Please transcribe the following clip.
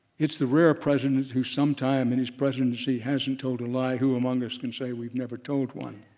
it's the rare ah president who some time in his presidency hasn't told a lie, who among us can say we've never told one.